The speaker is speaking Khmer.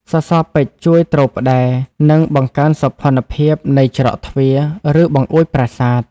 សសរពេជ្រជួយទ្រផ្តែរ និងបង្កើនសោភ័ណភាពនៃច្រកទ្វារ ឬបង្អួចប្រាសាទ។